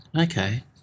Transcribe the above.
Okay